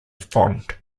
font